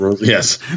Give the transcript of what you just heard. Yes